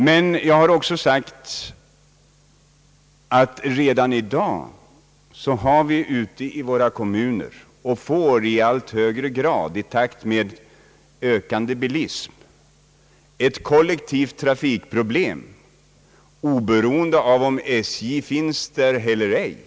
Men jag har också sagt att vi redan i dag ute i våra kommuner har — och i takt med ökande bilism i allt högre grad får — ett kollektivt trafikproblem, oberoende av om SJ finns där eller ej.